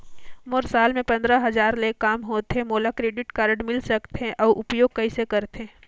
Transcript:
मोर साल मे पंद्रह हजार ले काम होथे मोला क्रेडिट कारड मिल सकथे? अउ उपयोग कइसे करथे?